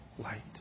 light